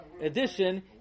edition